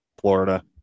Florida